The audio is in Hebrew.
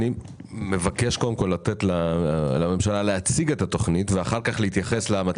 אני מבקש קודם לתת לממשלה להציג את התוכנית ורק אחר כך להתייחס למצגת.